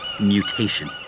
mutation